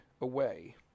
away